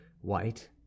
white